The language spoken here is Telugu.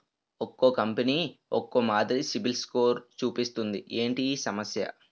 ఒక్కో కంపెనీ ఒక్కో మాదిరి సిబిల్ స్కోర్ చూపిస్తుంది ఏంటి ఈ సమస్య?